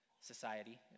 society